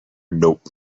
nope